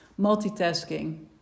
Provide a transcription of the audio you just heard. multitasking